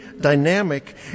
dynamic